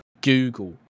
Google